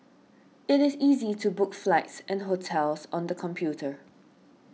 it is easy to book flights and hotels on the computer